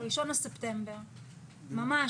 ממש.